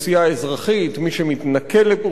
מי שמתנכל לאוכלוסייה אזרחית,